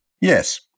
Yes